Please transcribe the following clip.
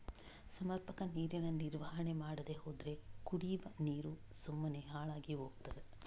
ಸಮರ್ಪಕ ನೀರಿನ ನಿರ್ವಹಣೆ ಮಾಡದೇ ಹೋದ್ರೆ ಕುಡಿವ ನೀರು ಸುಮ್ಮನೆ ಹಾಳಾಗಿ ಹೋಗ್ತದೆ